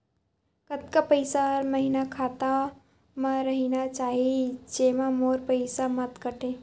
कतका पईसा हर महीना खाता मा रहिना चाही जेमा मोर पईसा मत काटे?